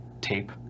tape